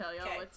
Okay